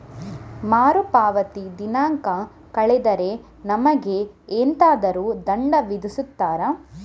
ಮರುಪಾವತಿ ದಿನಾಂಕ ಕಳೆದರೆ ನಮಗೆ ಎಂತಾದರು ದಂಡ ವಿಧಿಸುತ್ತಾರ?